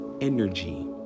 Energy